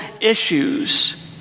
issues